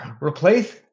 replace